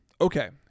Okay